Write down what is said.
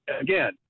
again